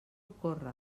córrer